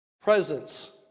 presence